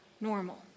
normal